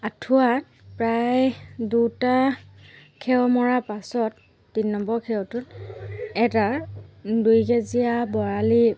আঁঠুৱা প্ৰায় দুটা খেও মৰাৰ পাছত তিনি নম্বৰ খেওটোত এটা দুইকেজি বৰালি